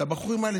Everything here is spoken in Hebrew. את הבחורים האלה,